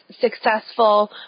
successful